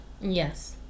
Yes